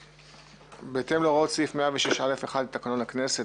בהתאם להוראת סעיף 106(א)(1) לתקנון הכנסת,